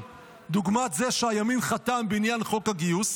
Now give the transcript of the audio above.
דוגמת זה שהימין חתם בעניין חוק הגיוס,